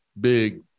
big